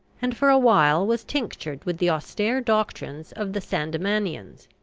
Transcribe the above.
and for a while was tinctured with the austere doctrines of the sandemanians.